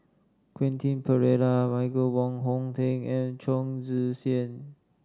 Quentin Pereira Michael Wong Hong Teng and Chong Tze Chien